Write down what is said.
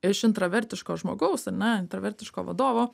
iš intravertiško žmogaus ar ne intravertiško vadovo